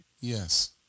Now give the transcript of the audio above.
yes